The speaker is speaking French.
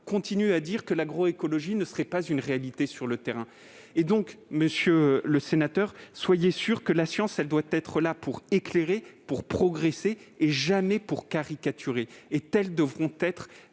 continuent à dire que l'agroécologie ne serait pas une réalité sur le terrain ! Monsieur le sénateur, soyez certain que la science doit être là pour éclairer, pour progresser et jamais pour caricaturer. Telle devra être